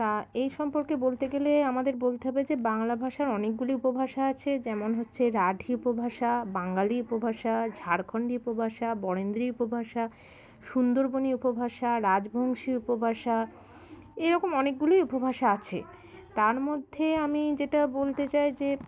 তা এই সম্পর্কে বলতে গেলে আমাদের বলতে হবে যে বাংলা ভাষার অনেকগুলি উপভাষা আছে যেমন হচ্ছে রাঢি উপভাষা বঙ্গালী উপভাষা ঝাড়খন্ডী উপভাষা বরেন্দ্রী উপভাষা সুন্দরবনী উপভাষা রাজবংশী উপভাষা এইরকম অনেকগুলিই উপভাষা আছে তার মধ্যে আমি যেটা বলতে চাই যে